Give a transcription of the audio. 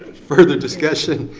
further discussion?